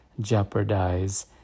jeopardize